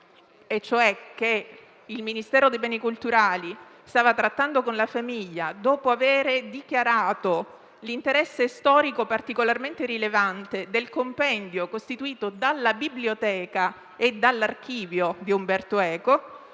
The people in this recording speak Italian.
e cioè che il Ministero per i beni e le attività culturali stava trattando con la famiglia, dopo avere dichiarato l'interesse storico particolarmente rilevante del compendio costituito dalla biblioteca e dall'archivio di Umberto Eco,